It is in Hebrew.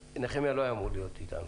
נחמיה לא היה אמור להיות איתנו.